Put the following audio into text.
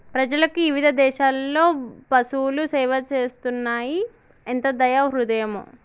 ప్రజలకు ఇవిధ దేసాలలో పసువులు సేవ చేస్తున్నాయి ఎంత దయా హృదయమో